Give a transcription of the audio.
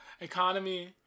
economy